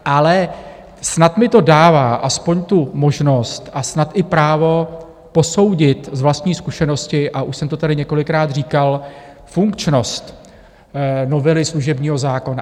Ale snad mi to dává aspoň tu možnost a snad i právo posoudit z vlastní zkušenosti, a už jsem to tady několikrát říkal, funkčnost novely služebního zákona.